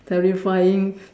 terrifying